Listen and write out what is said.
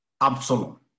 Absalom